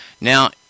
Now